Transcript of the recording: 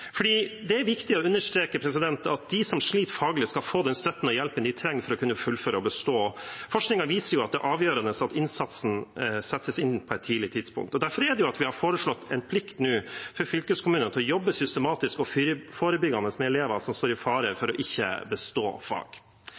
Det er viktig å understreke at de som sliter faglig, skal få den støtten og hjelpen de trenger for å kunne fullføre og bestå. Forskningen viser at det er avgjørende at innsatsen settes inn på et tidlig tidspunkt. Derfor har vi nå foreslått en plikt for fylkeskommunene til å jobbe systematisk og forebyggende med elever som står i fare for ikke å bestå fag.